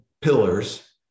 pillars